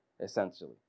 essentially